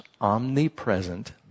omnipresent